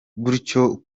gutyo